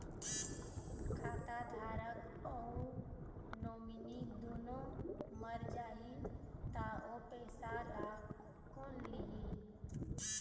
खाता धारक अऊ नोमिनि दुनों मर जाही ता ओ पैसा ला कोन लिही?